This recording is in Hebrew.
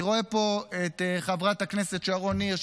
אני רואה פה את חברת הכנסת שרון ניר,